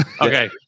Okay